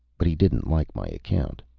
but he didn't like my account.